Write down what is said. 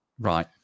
Right